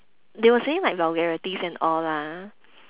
they were saying like vulgarities and all lah